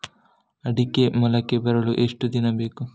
ಅಡಿಕೆ ಮೊಳಕೆ ಬರಲು ಎಷ್ಟು ದಿನ ಬೇಕು?